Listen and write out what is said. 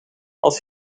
als